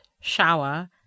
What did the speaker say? shower